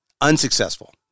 Unsuccessful